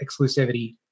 exclusivity